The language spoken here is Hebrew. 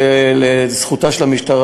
לזכותה של המשטרה,